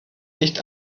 nicht